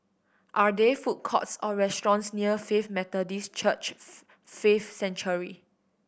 are there food courts or restaurants near Faith Methodist Church Faith Sanctuary